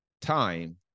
time